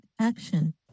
action